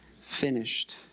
finished